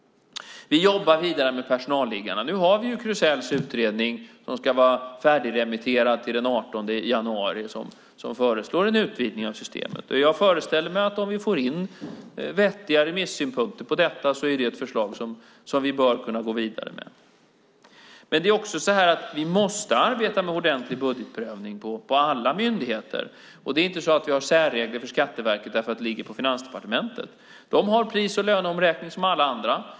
Vi jobbar vidare med personalliggarna. Nu har vi Krusells utredning som ska vara färdigremitterad den 18 januari. Den föreslår en utvidgning av systemet. Jag föreställer mig att det, om vi får in vettiga remissynpunkter, är ett förslag som vi bör kunna gå vidare med. Vi måste arbeta med ordentlig budgetprövning på alla myndigheter. Vi har inte särregler för Skatteverket för att det ligger på Finansdepartementet. De har pris och löneomräkning som alla andra.